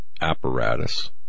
apparatus